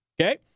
okay